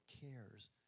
cares